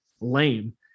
lame